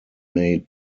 mate